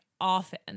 often